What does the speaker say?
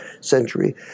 century